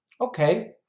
Okay